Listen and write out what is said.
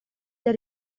del